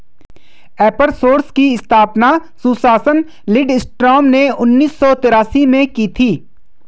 एपर सोर्स की स्थापना सुसान लिंडस्ट्रॉम ने उन्नीस सौ तेरासी में की थी